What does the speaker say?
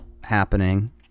happening